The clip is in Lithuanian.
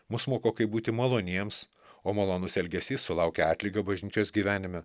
mus moko kaip būti maloniems o malonus elgesys sulaukia atlygio bažnyčios gyvenime